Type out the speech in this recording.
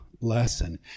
lesson